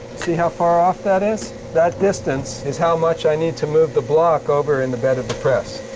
see how far off that is? that distance is how much i need to move the block over in the bed of the press.